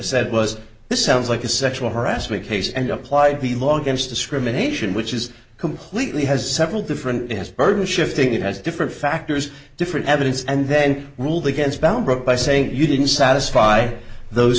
said was this sounds like a sexual harassment case and applied the law against discrimination which is completely has several different his burden shifting it has different factors different evidence and then ruled against bound by saying you didn't satisfy those